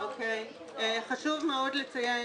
חשוב מאוד לציין